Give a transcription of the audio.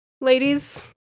ladies